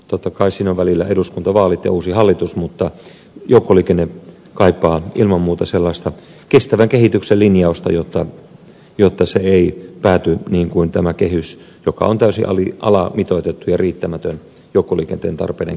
totta kai siinä on välillä eduskuntavaalit ja uusi hallitus mutta joukkoliikenne kaipaa ilman muuta sellaista kestävän kehityksen linjausta jotta se ei pääty niin kuin tämä kehys joka on täysin alimitoitettu ja riittämätön joukkoliikenteen tarpeiden kannalta